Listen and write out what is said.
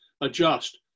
adjust